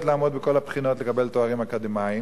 לעמוד בכל הבחינות לקבל תארים אקדמיים